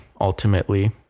ultimately